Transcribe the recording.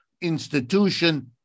institution